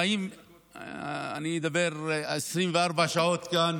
אני אדבר 24 שעות כאן